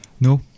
no